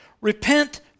Repent